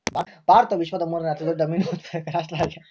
ಭಾರತವು ವಿಶ್ವದ ಮೂರನೇ ಅತಿ ದೊಡ್ಡ ಮೇನು ಉತ್ಪಾದಕ ರಾಷ್ಟ್ರ ಆಗ್ಯದ